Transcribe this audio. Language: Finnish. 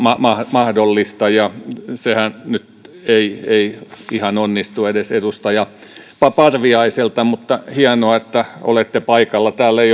mahdollista ja sehän nyt ei ei ihan onnistu edes edustaja parviaiselta mutta hienoa että olette paikalla täällä